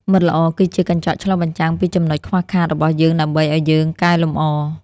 មិត្តល្អគឺជាកញ្ចក់ឆ្លុះបញ្ចាំងពីចំណុចខ្វះខាតរបស់យើងដើម្បីឱ្យយើងកែលម្អ។